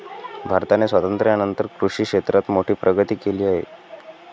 भारताने स्वातंत्र्यानंतर कृषी क्षेत्रात मोठी प्रगती केली आहे